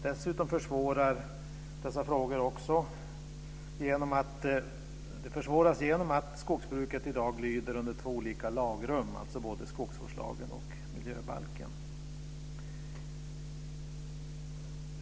Dessutom försvåras dessa frågor också genom att skogsbruket i dag lyder under två olika lagrum, alltså skogsvårdslagen och miljöbalken.